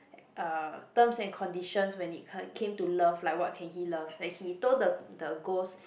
uh terms and conditions when it co~ came to love like what can he love that he told the the ghost